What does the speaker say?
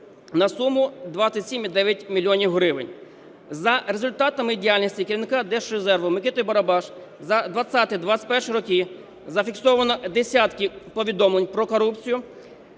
на суму 27,9 мільйона гривень. За результатами діяльності керівника Держрезерву Микити Барабаша за 2020-2021 роки зафіксовано десятки повідомлень про корупцію,